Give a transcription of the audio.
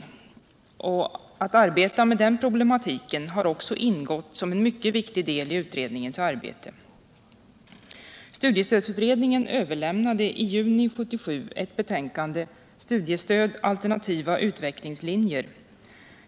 Att arbeta med denna problematik har också ingått som en mycket viktig del i utredningens arbete. Studiestödsutredningen överlämnade i juni 1977 ett betänkande, Studiestöd — alternativa utvecklingslinjer.